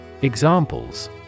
Examples